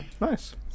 Nice